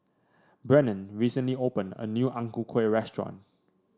Brennen recently opened a new Ang Ku Kueh restaurant